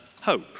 hope